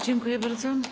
Dziękuję bardzo.